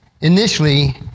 initially